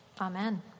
Amen